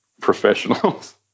professionals